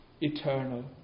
eternal